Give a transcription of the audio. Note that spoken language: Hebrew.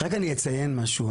רק אני אציין משהו.